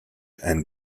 and